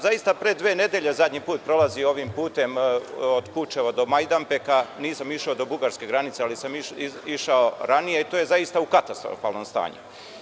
Zaista, pre dve nedelje sam poslednji put prolazio ovim putem od Kučeva do Majdanpeka, nisam išao do Bugarske granice, ali sam išao ranije, i to je zaista u katastrofalnom stanju.